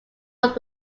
was